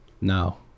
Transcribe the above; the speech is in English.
No